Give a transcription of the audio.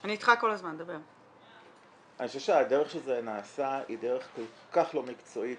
אני חושב שהדרך שזה נעשה היא דרך כל כך לא מקצועית,